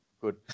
good